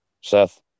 Seth